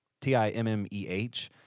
T-I-M-M-E-H